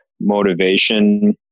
motivation